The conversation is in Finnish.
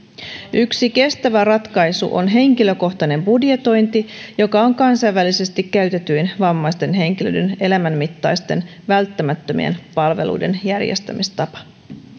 yksi kestävä ratkaisu on henkilökohtainen budjetointi joka on kansainvälisesti käytetyin vammaisten henkilöiden elämänmittaisten välttämättömien palveluiden järjestämistapa